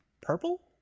Purple